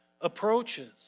approaches